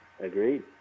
Agreed